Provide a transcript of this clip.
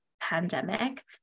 pandemic